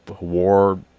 war